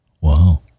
Wow